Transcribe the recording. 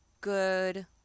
good